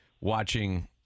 watching